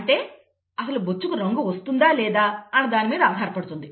అంటే అసలు బొచ్చుకు రంగు వస్తుందా లేదా అన్న దానిమీద ఆధారపడుతుంది